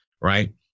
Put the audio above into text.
right